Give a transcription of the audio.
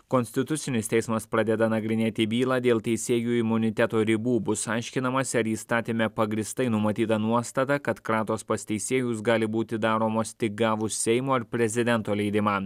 konstitucinis teismas pradeda nagrinėti bylą dėl teisėjų imuniteto ribų bus aiškinamasi ar įstatyme pagrįstai numatyta nuostata kad kratos pas teisėjus gali būti daromos tik gavus seimo ir prezidento leidimą